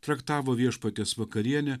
traktavo viešpaties vakarienę